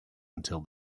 until